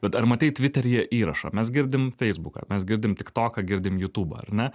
bet ar matei tviteryje įrašą mes girdim feisbuką mes girdim tiktoką girdime jutūbą ar ne